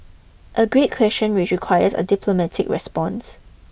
a great question which requires a diplomatic response